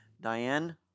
Diane